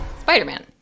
Spider-Man